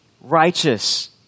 righteous